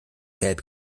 gelb